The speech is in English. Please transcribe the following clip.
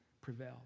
prevail